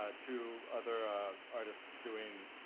ah two other artists doing,